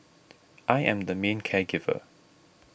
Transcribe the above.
I am the main care giver